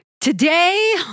Today